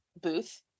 booth